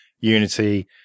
Unity